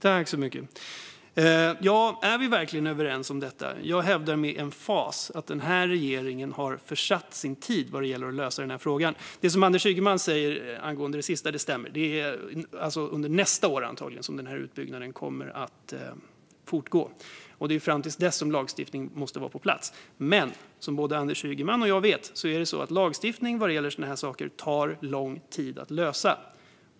Fru talman! Är vi verkligen överens om detta? Jag hävdar med emfas att denna regering har försuttit möjligheten att i tid lösa frågan. Det som Anders Ygeman säger på slutet stämmer. Det är antagligen under nästa år som utbyggnaden kommer att pågå, och det är innan dess som lagstiftning måste vara på plats. Men som både Anders Ygeman och jag vet tar lagstiftning när det gäller sådana här saker lång tid att lösa.